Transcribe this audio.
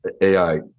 AI